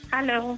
Hello